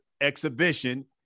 exhibition